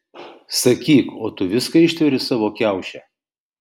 sakyk o tu viską ištveri savo kiauše